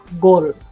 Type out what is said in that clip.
goal